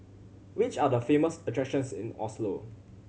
which are the famous attractions in Oslo